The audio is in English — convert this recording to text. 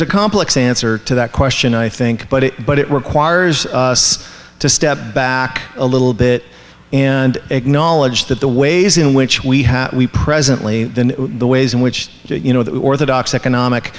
's a complex answer to that question i think but it but it requires us to step back a little bit and acknowledge that the ways in which we we presently in the ways in which you know the orthodox economic